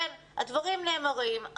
הדברים נאמרים,